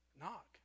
knock